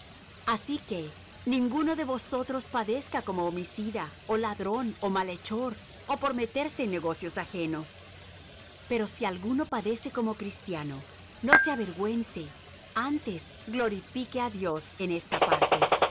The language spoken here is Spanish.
así que ninguno de vosotros padezca como homicida ó ladrón ó malhechor ó por meterse en negocios ajenos pero si alguno padece como cristiano no se avergüence antes glorifique á dios en esta parte